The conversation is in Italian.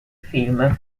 film